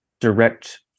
direct